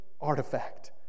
artifact